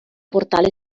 portale